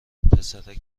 پسرک